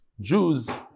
Jews